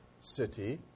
city